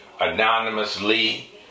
anonymously